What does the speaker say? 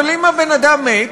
אבל אם האדם מת,